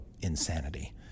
insanity